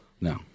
No